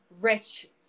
rich